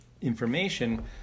information